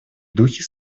духе